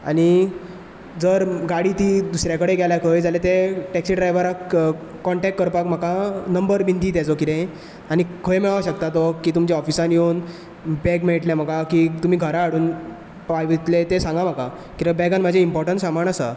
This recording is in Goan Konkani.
आनी जर गाडी ती दुसऱ्या कडेन गेल्या खंय जाल्यार ते टॅक्सी ड्रायव्हराक कॉन्टेक्ट करपाक म्हाका नंबर बिन दि तेजो कितें आनी खंय मेळोंक शकता तो की तुमच्या ऑफिसान येवन बॅग मेळटलें म्हाका की तुमी घरा हाडून दितले ते सांगा म्हाका कित्याक बॅगान म्हाज्या इंर्पोटंट सामान आसा